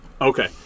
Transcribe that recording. Okay